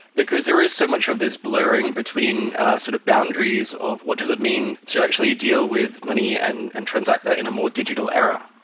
because there is so much of this blurring between sort of boundaries of what does it mean to actually deal with money and and transact there in a more digital era.